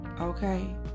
Okay